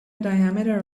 diameter